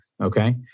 okay